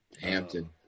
Hampton